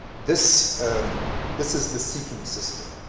this um this is the seeking system.